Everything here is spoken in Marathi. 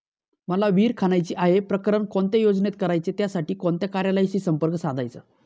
मला विहिर खणायची आहे, प्रकरण कोणत्या योजनेत करायचे त्यासाठी कोणत्या कार्यालयाशी संपर्क साधायचा?